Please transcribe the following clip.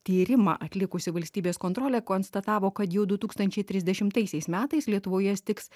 tyrimą atlikusi valstybės kontrolė konstatavo kad jau du tūkstančiai trisdešimtaisiais metais lietuvoje stigs